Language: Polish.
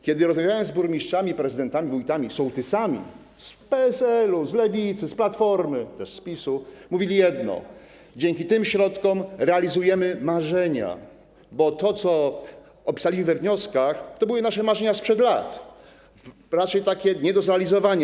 Kiedy rozmawiałem z burmistrzami i prezydentami, wójtami, sołtysami z PSL-u, z Lewicy, z Platformy, z PiS-u, mówili jedno: dzięki tym środkom realizujemy marzenia, bo to, co opisali we wnioskach, to były nasze marzenia sprzed lat, raczej nie do zrealizowania.